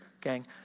gang